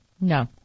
No